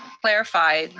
clarify,